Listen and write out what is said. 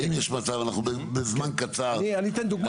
האם יש מצב, אנחנו בזמן קצר --- אני אתן דוגמא.